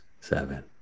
seven